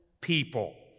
people